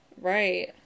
Right